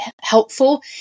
helpful